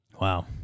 Wow